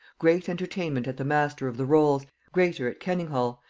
great entertainment at the master of the rolls' greater at kenninghall,